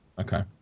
Okay